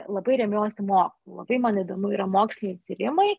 labai remiuosi mokslu labai man įdomu yra moksliniai tyrimai